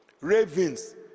ravens